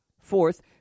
Fourth